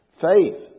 Faith